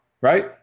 Right